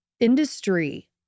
industry